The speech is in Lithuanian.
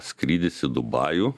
skrydis į dubajų